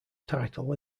title